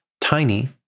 tiny